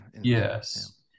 yes